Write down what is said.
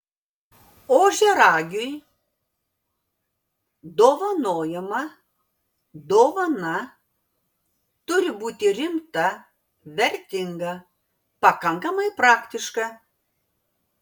ožiaragiui dovanojama dovana turi būti rimta vertinga pakankamai praktiška